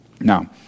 Now